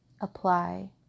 apply